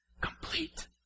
complete